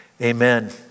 amen